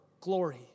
glory